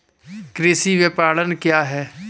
कृषि विपणन क्या है?